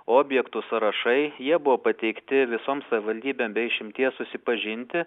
objektų sąrašai jie buvo pateikti visoms savivaldybėm be išimties susipažinti